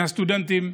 מהסטודנטים: